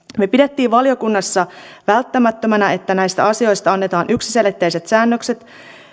me pidimme valiokunnassa välttämättömänä että näistä asioista annetaan yksiselitteiset säännökset